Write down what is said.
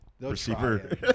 receiver